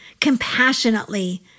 compassionately